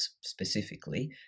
specifically